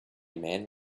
man